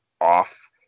off